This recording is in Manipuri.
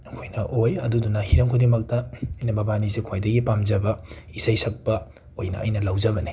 ꯑꯩꯈꯣꯏꯅ ꯑꯣꯏ ꯑꯗꯨꯗꯨꯅ ꯍꯤꯔꯝ ꯈꯨꯗꯤꯡꯃꯛꯇ ꯑꯩꯅ ꯃꯕꯥꯅꯤꯁꯦ ꯈ꯭ꯋꯥꯏꯗꯒꯤ ꯄꯥꯝꯖꯕ ꯏꯁꯩ ꯁꯛꯄ ꯑꯣꯏꯅ ꯑꯩꯅ ꯂꯧꯖꯕꯅꯤ